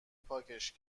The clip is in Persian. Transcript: پاکش